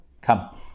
Come